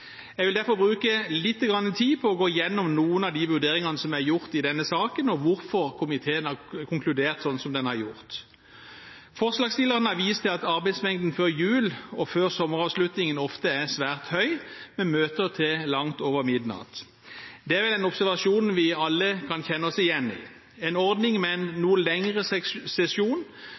Jeg vil derfor bruke litt tid på å gå igjennom noen av de vurderinger som er gjort i denne saken, og hvorfor komiteen har konkludert slik den har gjort. Forslagsstillerne har vist til at arbeidsmengden før jul og før sommeravslutningen ofte er svært høy, med møter til langt over midnatt. Det er vel en observasjon vi alle kan kjenne oss igjen i. En ordning med en noe lengre sesjon